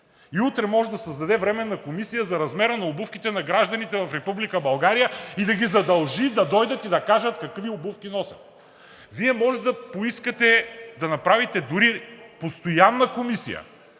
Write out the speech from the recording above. И утре може да се създаде временна комисия за размера на обувките на гражданите в Република България и да ги задължи да дойдат и да кажат какви обувки носят. Вие може да поискате да направите дори постоянна комисия,